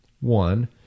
one